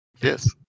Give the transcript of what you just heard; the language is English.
Yes